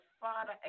Father